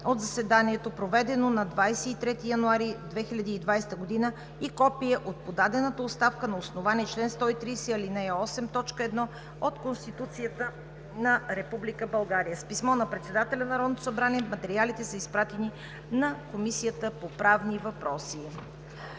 от заседанието, проведено на 23 януари 2020 г., и копие от подадената оставка на основание чл. 130, ал. 8, т. 1 от Конституцията на Република България. С писмо на председателя на Народното събрание материалите са изпратени на Комисията по правни въпроси.